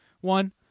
one